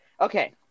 Okay